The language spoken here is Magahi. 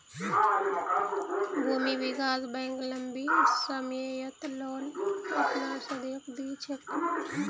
भूमि विकास बैंक लम्बी सम्ययोत लोन अपनार सदस्यक दी छेक